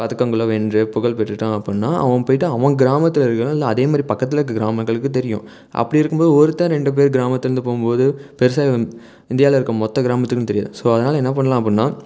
பதக்கங்களை வென்று புகழ் பெற்றுவிட்டான் அப்புடின்னா அவன் போய்விட்டு அவன் கிராமத்தில் இருக்க இல்லை அதேமாதிரி பக்கத்தில் இருக்க கிராமங்களுக்கு தெரியும் அப்படி இருக்கும்போது ஒருத்தன் ரெண்டுப்பேர் கிராமத்துலருந்து போகும்போது பெருசாக இந்தியாவில் இருக்க மொத்த கிராமத்துக்கும் தெரியாது ஸோ அதனால் என்ன பண்ணலாம் அப்புடின்னா